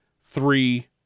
three